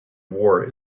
war